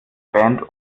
band